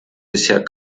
bisher